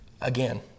Again